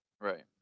right